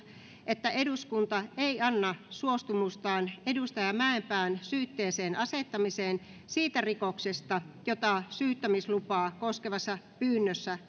että eduskunta ei anna suostumustaan juha mäenpään syytteeseen asettamiseen siitä rikoksesta jota syyttämislupaa koskevassa pyynnössä